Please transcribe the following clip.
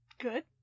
Good